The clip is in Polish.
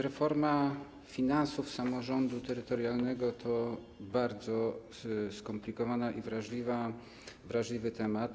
Reforma finansów samorządu terytorialnego to bardzo skomplikowany i wrażliwy temat.